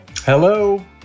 Hello